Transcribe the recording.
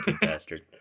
bastard